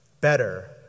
better